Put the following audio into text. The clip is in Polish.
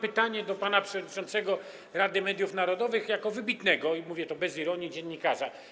Mam pytanie do pana przewodniczącego Rady Mediów Narodowych jako wybitnego - i mówię to bez ironii - dziennikarza.